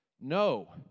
No